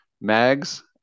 Mags